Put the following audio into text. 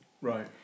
right